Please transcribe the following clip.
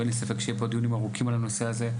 אין לי ספק שיהיו פה דיונים ארוכים על הנושא הזה.